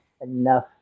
enough